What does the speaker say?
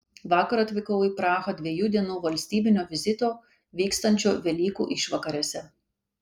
vakar atvykau į prahą dviejų dienų valstybinio vizito vykstančio velykų išvakarėse